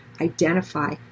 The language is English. identify